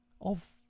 Of